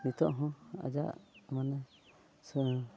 ᱱᱤᱛᱚᱜ ᱦᱚᱸ ᱟᱡᱟᱜ ᱢᱟᱱᱮ ᱥᱮ